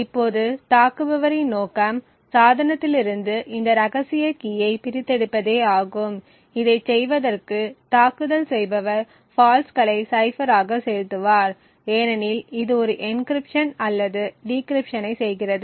இப்போது தாக்குபவரின் நோக்கம் சாதனத்திலிருந்து இந்த ரகசிய கீயை பிரித்தெடுப்பதே ஆகும் இதைச் செய்வதற்கு தாக்குதல் செய்பவர் ஃபால்ட்ஸ்களைச் சைஃபர் ஆக செலுத்துவார் ஏனெனில் இது ஒரு என்க்ரிப்ஷன் அல்லது டிக்ரிப்ஷன் ஐ செய்கிறது